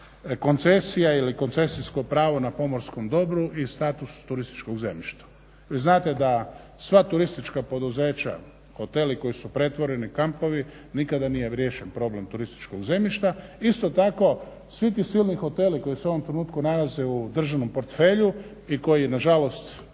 koncesija ili koncesijsko pravo na pomorskom dobru i status turističkog zemljišta. Vi znate da sva turistička poduzeća, hoteli koji su pretvoreni, kampovi, nikada nije riješen problem turističkog zemljišta. Isto tako, svi ti silni hoteli koji se u ovom trenutku nalaze u državnom portfelju i koji nažalost